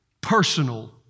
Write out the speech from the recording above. personal